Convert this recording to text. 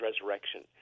resurrection